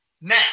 Now